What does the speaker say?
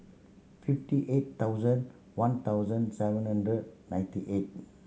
fifty eight thousand one thousand seven hundred ninety eight